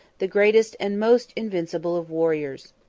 the greatest and most invincible of warriors.